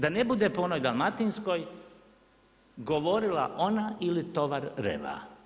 Da ne bude po onoj dalmatinskoj „Govorila ona ili tovar reva“